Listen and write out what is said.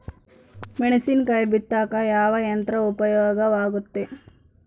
ಮೆಣಸಿನಕಾಯಿ ಬಿತ್ತಾಕ ಯಾವ ಯಂತ್ರ ಉಪಯೋಗವಾಗುತ್ತೆ?